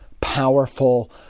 powerful